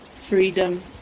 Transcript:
freedom